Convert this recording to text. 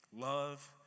Love